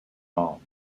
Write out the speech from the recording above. all